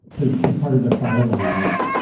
as as part of the filings,